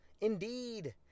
Indeed